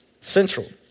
Central